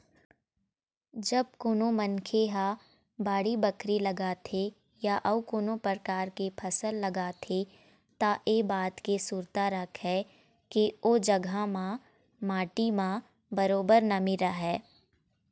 जब कोनो मनखे ह बाड़ी बखरी लगाथे या अउ कोनो परकार के फसल लगाथे त ऐ बात के सुरता राखय के ओ जघा म माटी म बरोबर नमी रहय